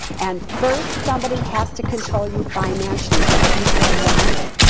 and first, somebody has to control you financially so that you have no money.